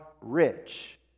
rich